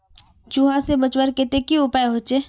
चूहा से बचवार केते की उपाय होचे?